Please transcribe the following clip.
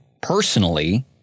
personally